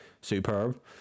superb